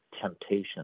temptation